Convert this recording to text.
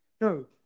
no